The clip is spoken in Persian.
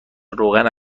روغن